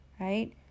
right